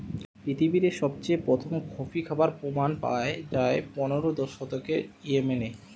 পৃথিবীরে সবচেয়ে প্রথম কফি খাবার প্রমাণ পায়া যায় পনেরোর শতকে ইয়েমেনে